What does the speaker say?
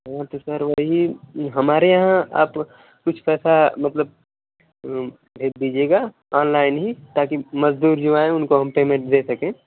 हाँ तो सर वही हमारे यहाँ आप कुछ पैसा मतलब भेज दीजिएगा अनलाईन ही ताकि मजदूर जो आएँ उनको हम पेमेंट दे सकें